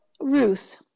Ruth